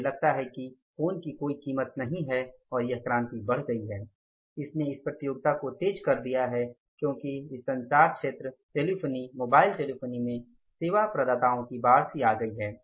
मुझे लगता है कि फोन की कोई कीमत नहीं है और यह क्रांति बढ़ गई है इसने इस प्रतियोगिता को तेज कर दिया है क्योंकि इस संचार क्षेत्र टेलीफोनी मोबाइल टेलीफोनी में सेवा प्रदाताओं की बाढ़ आ गई है